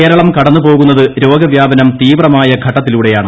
കേരളം കടന്നുപോകുന്നത് രോഗവ്യാപനം തീവ്രമായ ഘട്ടത്തിലൂടെയാണ്